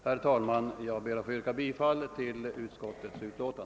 Herr talman! Jag ber att få yrka bifall till utskottets hemställan.